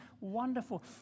wonderful